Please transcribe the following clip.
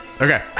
Okay